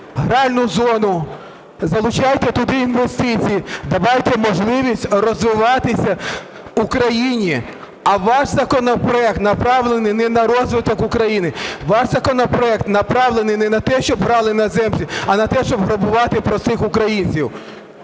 гральну зону, залучайте туди інвестиції, давайте можливість розвиватися Україні. А ваш законопроект направлений не на розвиток України, ваш законопроект направлений не на те, щоб грали іноземці, а на те, щоб грабувати простих українців.